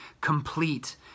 complete